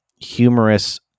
humorous